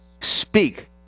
Speak